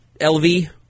LV